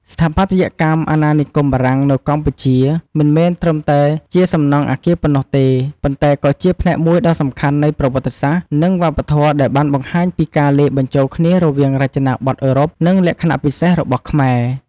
ស្ថាបត្យកម្មអាណានិគមបារាំងនៅកម្ពុជា មិនមែនត្រឹមតែជាសំណង់អគារប៉ុណ្ណោះទេ ប៉ុន្តែក៏ជាផ្នែកមួយដ៏សំខាន់នៃប្រវត្តិសាស្ត្រ និងវប្បធម៌ដែលបានបង្ហាញពីការលាយបញ្ចូលគ្នារវាងរចនាបថអឺរ៉ុប និងលក្ខណៈពិសេសរបស់ខ្មែរ។